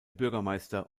bürgermeister